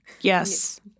yes